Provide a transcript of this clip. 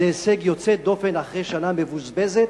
זה הישג יוצא דופן אחרי שנה מבוזבזת,